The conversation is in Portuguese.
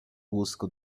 busca